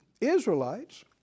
Israelites